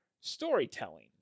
storytelling